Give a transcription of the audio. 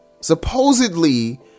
supposedly